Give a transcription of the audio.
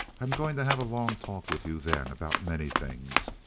i'm going to have a long talk with you then, about many things.